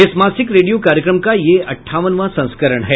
इस मासिक रेडियो कार्यक्रम का यह अट्ठावनवां संस्करण है